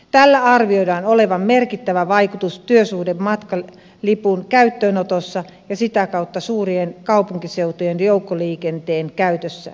tällä arvioidaan olevan merkittävä vaikutus työsuhdematkalipun käyttöönotossa ja sitä kautta suurien kaupunkiseutujen joukkoliikenteen käytössä